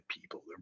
people